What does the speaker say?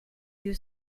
you